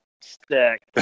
stick